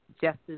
Justice